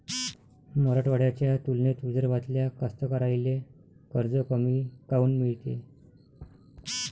मराठवाड्याच्या तुलनेत विदर्भातल्या कास्तकाराइले कर्ज कमी काऊन मिळते?